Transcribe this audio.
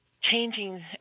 changing